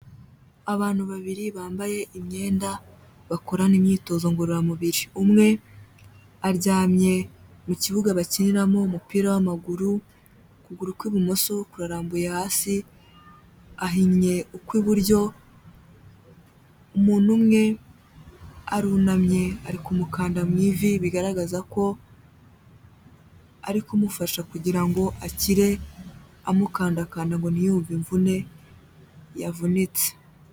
Abantu babiri bambaye imyenda bakorana imyitozo ngororamubiri, umwe aryamye mu kibuga bakiniramo umupira w'amaguru, ukuguru kw'ibumoso kurarambuye hasi, ahinnye ukw'iburyo, umuntu umwe arunamye ari kumukanda mu ivi, bigaragaza ko ari kumufasha kugira ngo akire, amukandakanda ngo ntiyumve imvune yavunitse.